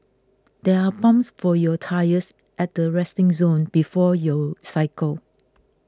there are pumps for your tyres at the resting zone before you cycle